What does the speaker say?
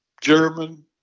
German